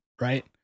Right